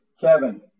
Kevin